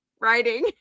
writing